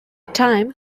time